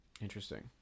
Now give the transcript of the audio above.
interesting